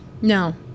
No